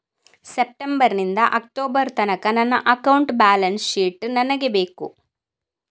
September ನಿಂದ October ತನಕ ನನ್ನ ಅಕೌಂಟ್ ಬ್ಯಾಲೆನ್ಸ್ ಶೀಟ್ ನನಗೆ ಬೇಕು